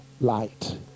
light